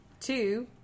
Two